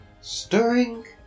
Stirring